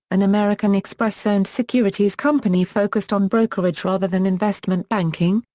an american express-owned securities company focused on brokerage rather than investment banking,